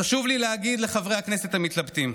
חשוב לי להגיד לחברי הכנסת המתלבטים: